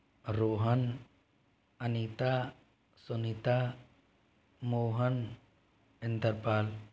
Rohan Anita Sunita Mohan Inderpal